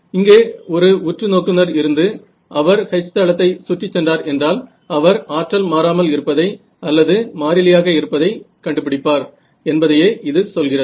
இங்கே ஒரு உற்று நோக்குநர் இருந்து அவர் H தளத்தை சுற்றி சென்றார் என்றால் அவர் ஆற்றல் மாறாமல் இருப்பதை அல்லது மாறிலியாக இருப்பதை கண்டுபிடிப்பார் என்பதையே இது சொல்கிறது